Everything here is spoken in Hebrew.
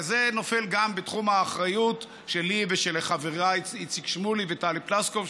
זה נופל גם בתחום האחריות שלי ושל חברי איציק שמולי וטלי פלוסקוב,